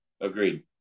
Agreed